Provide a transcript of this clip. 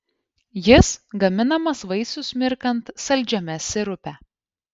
jis gaminamas vaisius mirkant saldžiame sirupe